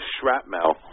shrapnel